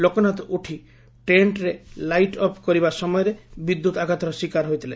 ଲୋକନାଥ ଉଠି ଟେକ୍କର ଲାଇଡ଼ ଅଫ କରିବା ସମୟରେ ବିଦ୍ୟୁତ ଆଘାତର ଶିକାର ହୋଇଥିଲେ